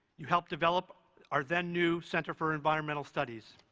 you helped develop our then new center for environmental studies.